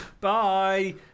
Bye